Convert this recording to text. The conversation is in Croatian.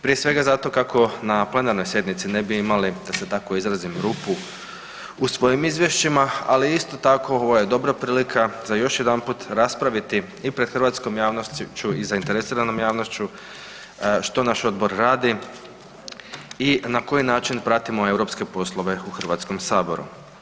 Prije svega zato kako na plenarnoj sjednici ne bi imali da se tako izrazim rupu u svojim izvješćima, ali isto tako ovo je dobra prilika za još jedanput raspraviti i pred hrvatskom javnošću i zainteresiranom javnošću što naš odbor radi i na koji način pratimo europske poslove u Hrvatskom saboru.